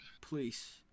Please